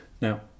Now